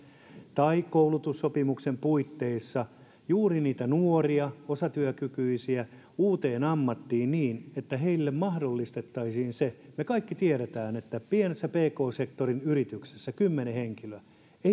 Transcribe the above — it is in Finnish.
tai koulutussopimuksen puitteissa juuri niitä nuoria osatyökykyisiä uuteen ammattiin niin että heille mahdollistettaisiin se me kaikki tiedämme että pienessä pk sektorin yrityksessä jossa on kymmenen henkilöä ei